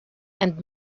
and